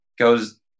goes